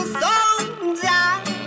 Soldier